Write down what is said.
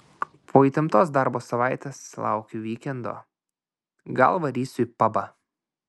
po įtemptos darbo savaitės laukiu vykendo gal varysiu į pabą